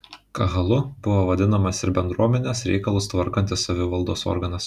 kahalu buvo vadinamas ir bendruomenės reikalus tvarkantis savivaldos organas